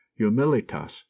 humilitas